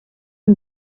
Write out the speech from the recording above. une